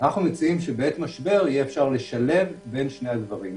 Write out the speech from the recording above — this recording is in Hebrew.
אנחנו מציעים שבעת משבר יהיה אפשר לשלב בין שני הדברים האלה,